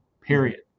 period